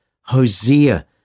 Hosea